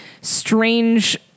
strange